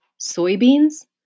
soybeans